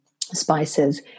spices